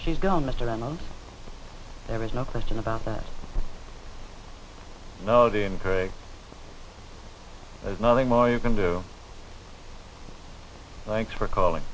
i he's gone mr anon there is no question about that no the incorrect there's nothing more you can do thanks for calling